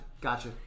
gotcha